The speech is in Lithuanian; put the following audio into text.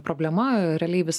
problema realiai vis